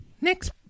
Next